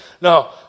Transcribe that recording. No